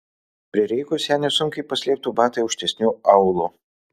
prireikus ją nesunkiai paslėptų batai aukštesniu aulu